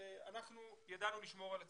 אנחנו ידענו לשמור על עצמנו.